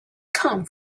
come